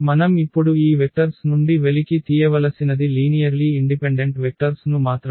మనం ఇప్పుడు ఈ వెక్టర్స్ నుండి వెలికి తీయవలసినది లీనియర్లీ ఇండిపెండెంట్ వెక్టర్స్ ను మాత్రమే